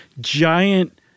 giant